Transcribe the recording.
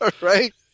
Right